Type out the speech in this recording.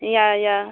या या